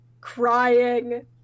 crying